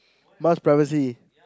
much privacy